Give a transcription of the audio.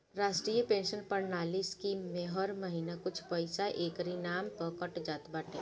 राष्ट्रीय पेंशन प्रणाली स्कीम में हर महिना कुछ पईसा एकरी नाम पअ कट जात बाटे